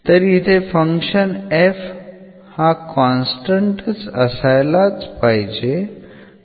तर इथे function f हा कॉन्स्टन्ट असायलाच पाहिजे